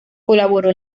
colaboró